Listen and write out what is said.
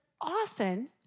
often